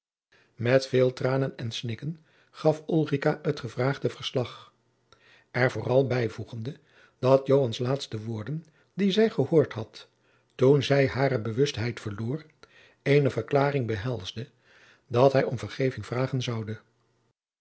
met veel tranen en snikken gaf ulrica het gevraagde verslag er vooral bijvoegende dat joans laatste woorden die zij gehoord had toen zij hare bewustheid verloor eene verklaring behelsde dat hij om vergeving vragen zoude